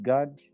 God